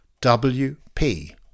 W-P